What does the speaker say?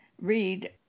read